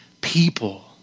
people